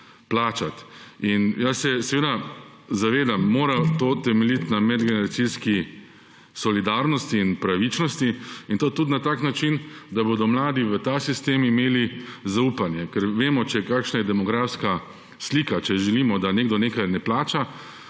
plačati. Jaz se seveda zavedam, da mora to temeljiti na medgeneracijski solidarnosti in pravičnosti in to tudi na tak način, da bodo mladi v ta sistem imeli zaupanje. Ker vemo, kakšna je demografska slika, če želimo, da nekdo nekaj ne plača